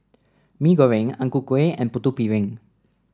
Mee Goreng Ang Ku Kueh and Putu Piring